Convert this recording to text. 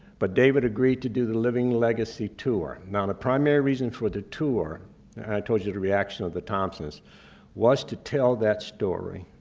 but david agreed to do the living legacy tour. now, the primary reason for the tour and i told you the reaction of the thompsons was to tell that story.